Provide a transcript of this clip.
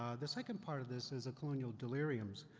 the second part of this is a colonial deliriums.